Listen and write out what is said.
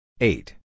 Eight